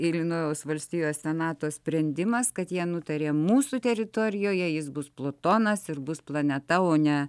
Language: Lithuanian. ilinojaus valstijos senato sprendimas kad jie nutarė mūsų teritorijoje jis bus plutonas ir bus planeta o ne